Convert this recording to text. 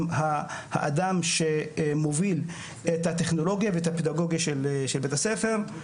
האדם שמוביל את הטכנולוגיה ואת הפדגוגיה של בית הספר.